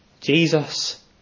jesus